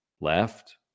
Left